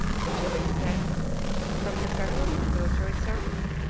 which was exempt from the perils of military service.